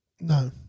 No